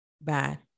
bad